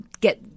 get